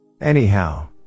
Anyhow